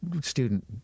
student